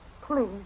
Please